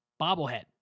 bobblehead